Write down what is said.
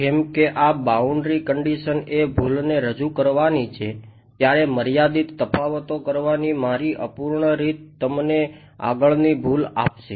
જેમ કે આ બાઉન્ડ્રી એ ભૂલને રજુ કરવાની છે ત્યારે મર્યાદિત તફાવતો કરવાની મારી અપૂર્ણ રીત તમને આગળની ભૂલ આપશે